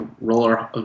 roller